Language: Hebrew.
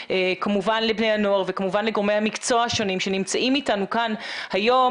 כמובן לבני הנוער וכמובן לגורמי המקצוע השונים שנמצאים איתנו כאן היום.